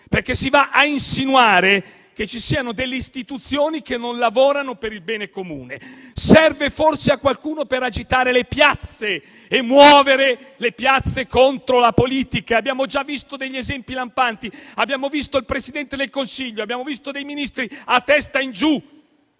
perché si va a insinuare che ci siano delle istituzioni che non lavorano per il bene comune. Serve forse a qualcuno per agitare le piazze e muovere le piazze contro la politica. Abbiamo già visto degli esempi lampanti: abbiamo visto il Presidente del Consiglio e alcuni Ministri a testa in giù.